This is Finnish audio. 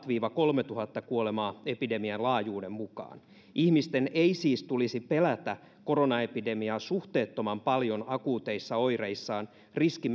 viiva kolmetuhatta kuolemaa epidemian laajuuden mukaan ihmisten ei siis tulisi pelätä koronaepidemiaa suhteettoman paljon akuuteissa oireissaan riski